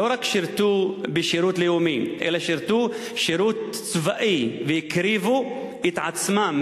שלא רק שירתו בשירות לאומי אלא שירתו שירות צבאי והקריבו את עצמם,